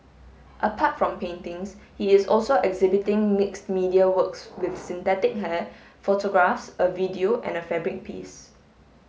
apart from paintings he is also exhibiting mix media works with synthetic hair photographs a video and a fabric piece